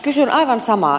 kysyn aivan samaa